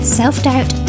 self-doubt